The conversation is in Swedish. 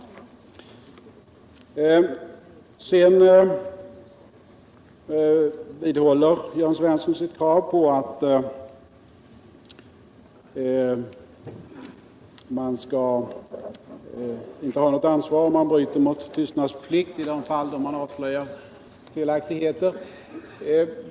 Jörn Svensson vidhåller sitt krav på att man inte skall ha något ansvar, om man bryter mot tystnadsplikten i de fall då man avslöjar felaktigheter som begåtts.